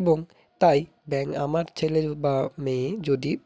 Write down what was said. এবং তাই ব্যাঙ্ক আমার ছেলে বা মেয়ে যদি